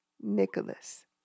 Nicholas